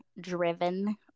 Driven